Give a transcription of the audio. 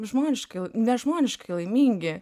žmoniškai nežmoniškai laimingi